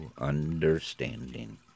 understanding